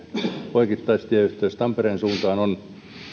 poikittaistieyhteys tampereen suuntaan